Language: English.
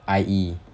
I E